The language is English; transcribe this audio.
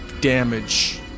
damage